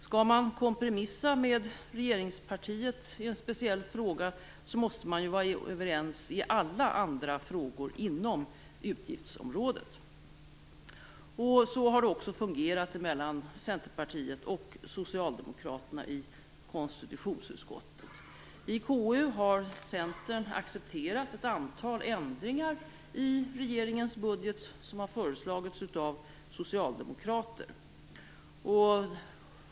Skall man kompromissa med regeringspartiet i en speciell fråga måste man ju vara överens i alla andra frågor inom utgiftsområdet. Så har det också fungerat mellan Centerpartiet och Centern accepterar ett antal ändringar i regeringens budget som har föreslagits av socialdemokrater.